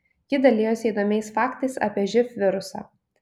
ji dalijosi įdomiais faktais apie živ virusą